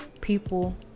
people